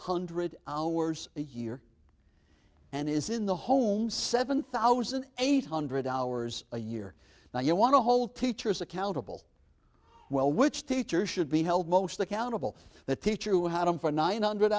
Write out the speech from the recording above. hundred hours a year and is in the home seven thousand eight hundred hours a year now you want to hold teachers accountable well which teachers should be held most accountable the teacher who had them for nine hundred